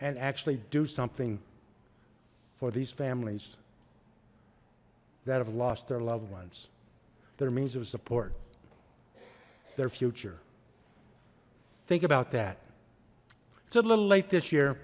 and actually do something for these families that have lost their loved ones their means of support their future think about that it's a little late this year